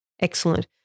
Excellent